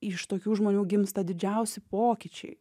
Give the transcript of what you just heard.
iš tokių žmonių gimsta didžiausi pokyčiai